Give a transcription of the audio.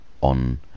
on